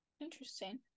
interesting